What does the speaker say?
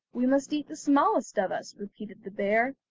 we must eat the smallest of us repeated the bear,